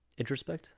introspect